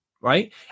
right